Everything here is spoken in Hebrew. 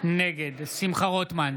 נגד שמחה רוטמן,